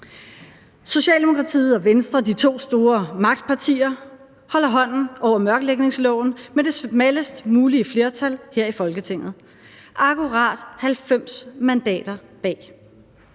Socialdemokratiet og Venstre, de to store magtpartier, holder hånden over mørklægningsloven med det smallest mulige flertal her i Folketinget: akkurat 90 mandater bag.